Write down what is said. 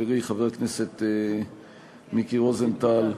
חברי חבר הכנסת מיקי רוזנטל,